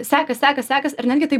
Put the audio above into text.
sekas sekas sekas ir netgi taip